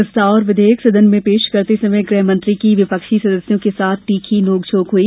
प्रस्ताव और विधेयक सदन में पेश करते समय गृहमंत्री की विपक्षी सदस्यों के साथ तीखी नोकझोंक हुई